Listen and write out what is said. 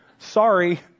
Sorry